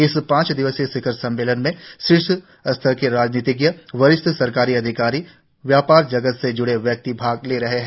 इस पांच दिवसीय शिखर सम्मेलन में शीर्ष स्तर के राजनीतिज्ञ वरिष्ठ सरकारी अधिकारी व्यापार जगत से ज्ड़े व्यक्ति भाग ले रहे हैं